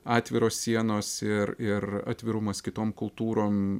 atviros sienos ir ir atvirumas kitom kultūrom